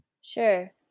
Sure